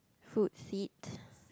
food seat